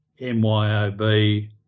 MYOB